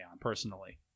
personally